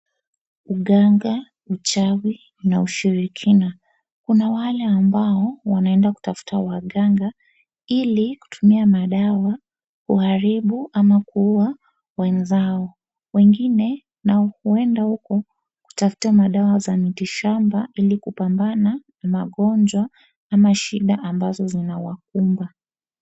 Uganga, uchawi na ushirikina. Kuna wale ambao wanaenda kutafuta waganga ili kutumia madawa kuharibu ama kuua wenzao. Wengine nao huenda huko kutafuta madawa za miti shamba ili kupambana na magonjwa ama shida ambazo zinawakumba.